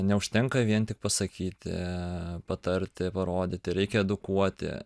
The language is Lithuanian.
neužtenka vien tik pasakyti patarti parodyti reikia edukuoti